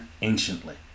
anciently